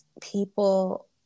people